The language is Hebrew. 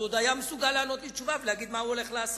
הוא עוד היה מסוגל לתת לי תשובה ולהגיד לי מה הוא הולך לעשות.